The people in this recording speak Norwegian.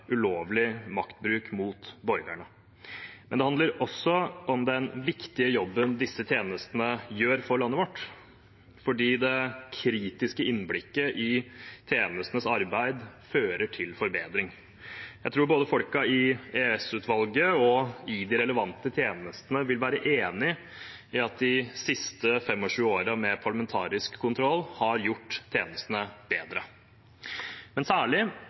ulovlig maktbruk mot borgerne. Men det handler også om den viktige jobben disse tjenestene gjør for landet vårt, fordi det kritiske innblikket i tjenestenes arbeid fører til forbedring. Jeg tror både folkene i EOS-utvalget og i de relevante tjenestene vil være enig i at de siste 25 årene med parlamentarisk kontroll har gjort tjenestene bedre, men særlig